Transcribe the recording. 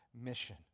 mission